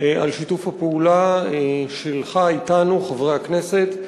על שיתוף הפעולה שלך אתנו, חברי הכנסת.